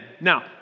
Now